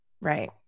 Right